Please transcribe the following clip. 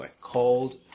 called